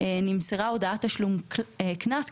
נמסרה הודעת תשלום קנס,